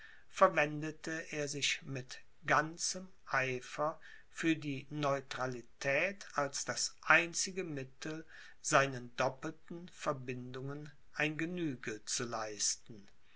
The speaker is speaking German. verwendete er sich mit ganzem eifer für die neutralität als das einzige mittel seinen doppelten verbindungen ein genüge zu leisten